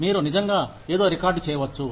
మీరు నిజంగా ఏదో రికార్డ్ చేయవచ్చు